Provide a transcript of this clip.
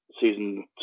season